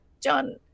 John